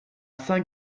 saint